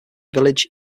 village